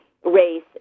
race